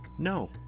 No